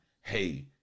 hey